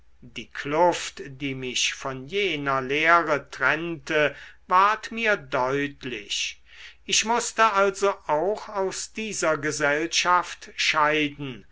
die kluft die mich von jener lehre trennte ward mir deutlich ich mußte also auch aus dieser gesellschaft scheiden